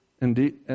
Indeed